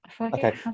Okay